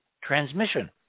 transmission